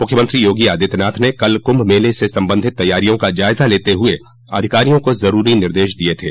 मुख्यमंत्री योगी आदित्यनाथ ने कल कुम्म मेले से सम्बन्धित तैयारियों का जायज़ा लेते हुए अधिकारियों को ज़रूरी निर्देश दिये थे